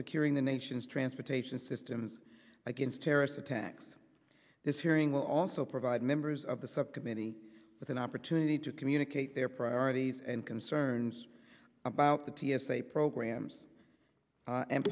securing the nation's transportation systems against terrorist attacks this hearing will also provide members of the subcommittee with an opportunity to communicate their priorities and concerns about the t s a programs